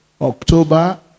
October